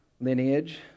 lineage